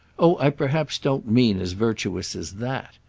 oh i perhaps don't mean as virtuous as that!